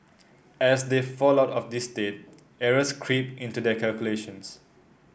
as they fall out of this state errors creep into their calculations